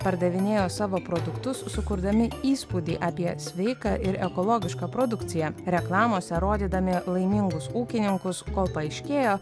pardavinėjo savo produktus sukurdami įspūdį apie sveiką ir ekologišką produkciją reklamose rodydami laimingus ūkininkus kol paaiškėjo